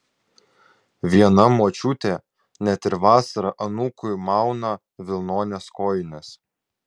viena močiutė net ir vasarą anūkui mauna vilnones kojines